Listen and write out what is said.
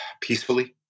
peacefully